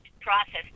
processed